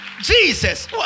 Jesus